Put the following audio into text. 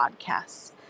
podcasts